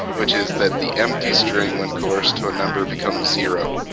which is that the empty string when coerced to a number becomes zero?